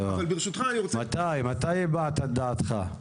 מתי הבעת את דעתך?